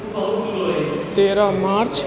तेरह मार्च